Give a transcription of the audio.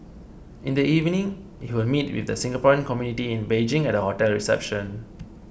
in the evening he will meet with the Singaporean community in Beijing at a hotel reception